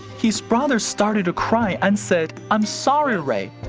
his brother started to cry and said, i'm sorry, ray.